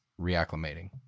reacclimating